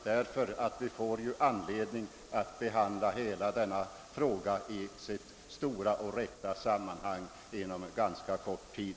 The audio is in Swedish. Vi får nämligen anledning att behandla hela denna fråga i dess stora och rätta sammanhang inom ganska kort tid.